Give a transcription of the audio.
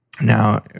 Now